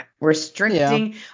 restricting